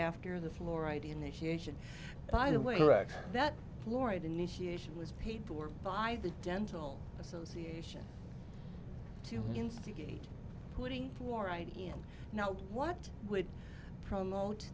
after the fluoride initiation by the way that florida initiation was paid for by the dental association to instigate putting more ideas now what would promote